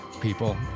people